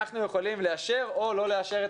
אנחנו יכולים לאשר או לא לאשר את